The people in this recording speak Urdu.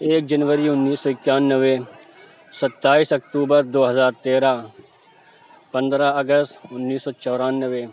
ایک جنوری اُنیس سو اکانوے ستائس اکتوبر دو ہزار تیرہ پندرہ اگست اُنیس سو چورانوے